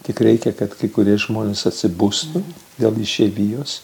tik reikia kad kai kurie žmonės atsibustų dėl išeivijos